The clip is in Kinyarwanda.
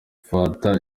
fata